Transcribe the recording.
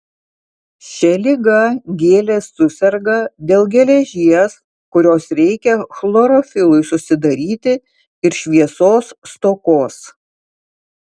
šia liga gėlės suserga dėl geležies kurios reikia chlorofilui susidaryti ir šviesos stokos